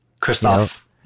Christoph